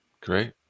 Great